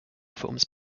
forms